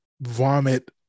vomit